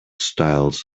styles